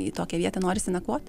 į tokią vietą norisi nakvot